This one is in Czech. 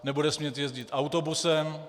Nebude smět jezdit autobusem?